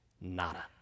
Nada